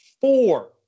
Four